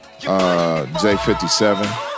J57